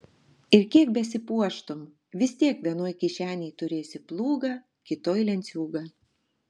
ir kiek besipuoštum vis tiek vienoj kišenėj turėsi plūgą kitoj lenciūgą